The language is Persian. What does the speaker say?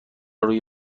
روی